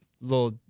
little